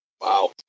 Wow